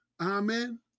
Amen